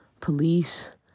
police